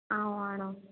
ആ ഓഹ് ആണോ